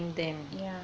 yeah